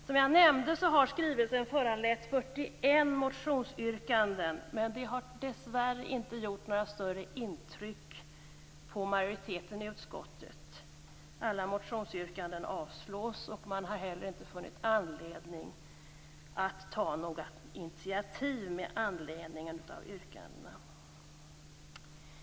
Som jag nämnde har skrivelsen föranlett 41 motionsyrkanden, men det har dessvärre inte gjort några större intryck på majoriteten i utskottet. Alla motionsyrkanden avstyrks. Man har heller inte funnit anledning att ta några initiativ med anledning av yrkandena.